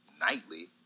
nightly